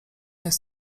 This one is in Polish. jest